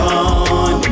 on